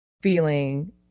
feeling